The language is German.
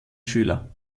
schüler